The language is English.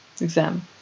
exam